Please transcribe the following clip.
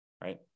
right